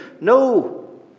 No